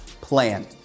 plan